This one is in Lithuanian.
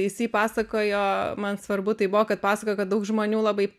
jisai pasakojo man svarbu tai buvo kad pasakojo kad daug žmonių labai